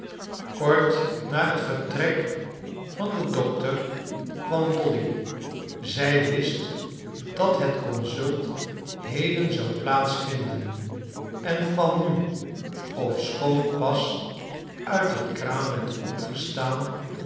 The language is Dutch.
kort na het vertrek van den dokter kwam dolly zij wist dat het consult heden zou plaats vinden en kwam nu ofschoon pas uit het kraambed opgestaan